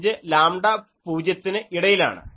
75 lambda 0 ന് ഇടയിലാണ്